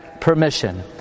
permission